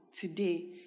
today